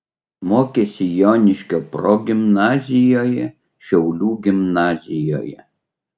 mokėsi joniškio progimnazijoje šiaulių gimnazijoje